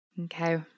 okay